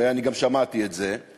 ואני גם שמעתי את זה,